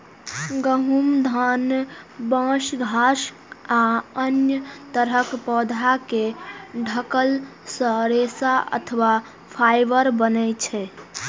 गहूम, धान, बांस, घास आ अन्य तरहक पौधा केर डंठल सं रेशा अथवा फाइबर बनै छै